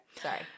sorry